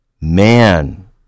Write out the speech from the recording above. Man